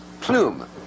plume